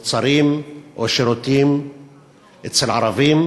מוצרים או שירותים אצל ערבים,